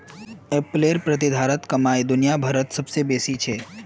एप्पलेर प्रतिधारित कमाई दुनिया भरत सबस बेसी छेक